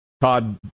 Todd